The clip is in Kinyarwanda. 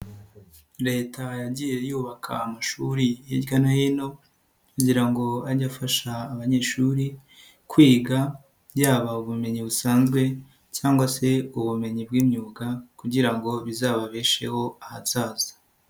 Leta yagiye yubaka amashuri hirya no hino kugira ngo ajye afasha abanyeshuri kwiga yababa ubumenyi busanzwe cyangwa se ubumenyi bw'imyuga kugira ngo bizababesheho ahazaza.